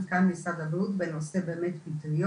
מנכ"ל משרד הבריאות בנושא פטריות,